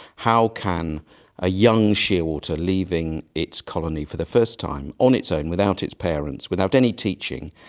how can a young shearwater leaving its colony for the first time on its own without its parents, without any teaching,